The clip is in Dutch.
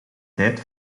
tijd